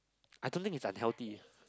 I don't think it's unhealthy